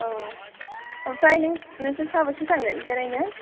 औ आमफ्राय नों नोंसोर साबोसे थांगोन बेरायनो